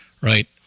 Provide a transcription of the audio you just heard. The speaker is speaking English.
Right